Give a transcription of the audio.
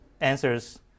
answers